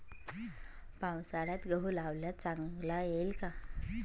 पावसाळ्यात गहू लावल्यास चांगला येईल का?